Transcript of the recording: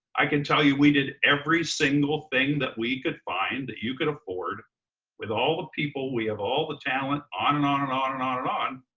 i can tell you we did every single thing that we could find that you could afford with all the people, we have all the talent. on and on and on and on and on.